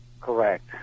Correct